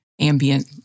ambient